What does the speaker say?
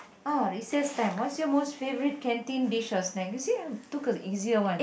ah recess time what's your most favourite canteen dishes or snack you see I took a easier one